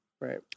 Right